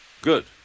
Good